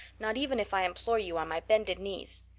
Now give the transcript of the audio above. not even if i implore you on my bended knees.